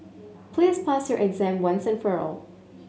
please pass your exam once and for all